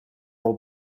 will